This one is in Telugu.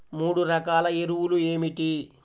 మూడు రకాల ఎరువులు ఏమిటి?